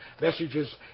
messages